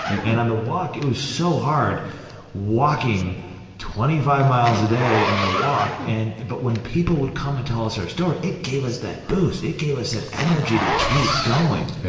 and on the walk, it was so hard walking twenty five miles a day in the walk, and but when people would come and tell us their story, it gave us that boost, it gave us that energy to keep going. yeah